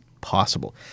possible